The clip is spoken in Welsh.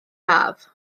haf